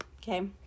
Okay